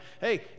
hey